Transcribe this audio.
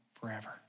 forever